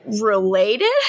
related